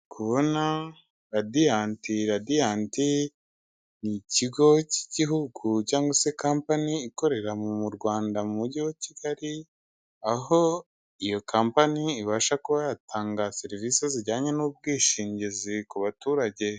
Ndikubona radiyanti, radiyanti, ni ikigo cy'igihugu cyangwa se compani ikorera mu Rwanda mu mujyi wa Kigali, aho iyo kampani ibasha kuba yatanga serivisi zijyanye n'ubwishingizi ku baturage.